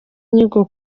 inyigo